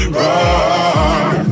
run